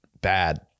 bad